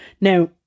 now